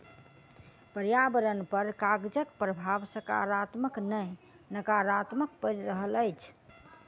पर्यावरण पर कागजक प्रभाव साकारात्मक नै नाकारात्मक पड़ि रहल अछि